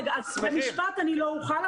במשפט אני לא אוכל,